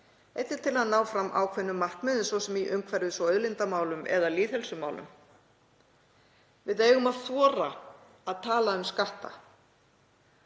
Einnig til að ná fram ákveðnum markmiðum, svo sem í umhverfis- og auðlindamálum eða lýðheilsumálum. Við eigum að þora að tala um skatta.